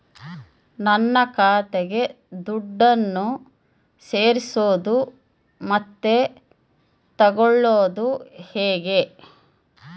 ನನ್ನ ಖಾತೆಗೆ ದುಡ್ಡನ್ನು ಸೇರಿಸೋದು ಮತ್ತೆ ತಗೊಳ್ಳೋದು ಹೇಗೆ?